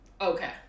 Okay